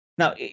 Now